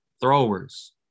throwers